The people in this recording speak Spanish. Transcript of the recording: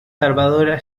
documental